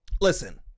Listen